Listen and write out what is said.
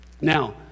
Now